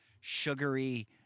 sugary